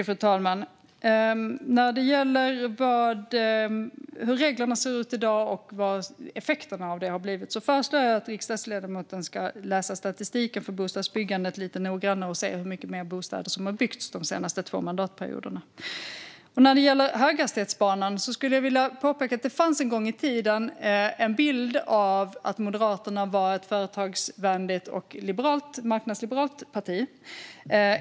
Fru talman! När det gäller hur reglerna ser ut i dag och vad effekterna av det har blivit föreslår jag att riksdagsledamoten läser statistiken för bostadsbyggandet lite noggrannare och ser hur många fler bostäder som har byggts de senaste två mandatperioderna. När det gäller höghastighetsbanor skulle jag vilja påpeka att det en gång i tiden fanns en bild av att Moderaterna var ett företagsvänligt och marknadsliberalt parti.